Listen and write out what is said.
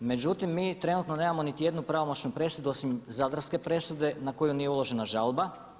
Međutim, mi trenutno nemamo niti jednu pravomoćnu presudu osim zadarske presude na koju nije uložena žalbe.